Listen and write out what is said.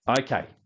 okay